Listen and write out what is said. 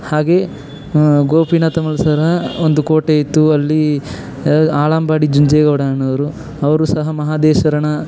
ಹಾಗೆ ಗೋಪಿನಾಥ ಒಂದು ಕೋಟೆಯಿತ್ತು ಅಲ್ಲಿ ಆಲಂಬಾಡಿ ಜುಂಜೇಗೌಡ ಅನ್ನೋವ್ರು ಅವ್ರೂ ಸಹ ಮಹದೇಶ್ವರನ